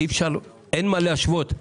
אין מה להשוות את